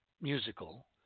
musical